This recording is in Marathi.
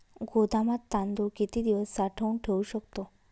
गोदामात तांदूळ किती दिवस साठवून ठेवू शकतो?